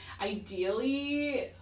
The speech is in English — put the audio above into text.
Ideally